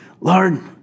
Lord